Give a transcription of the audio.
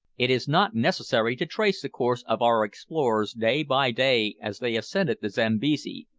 it is not necessary to trace the course of our explorers day by day as they ascended the zambesi,